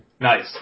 Nice